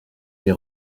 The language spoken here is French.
des